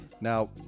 now